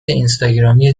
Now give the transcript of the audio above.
اینستاگرامی